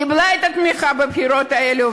קיבלה את התמיכה בבחירות האלה,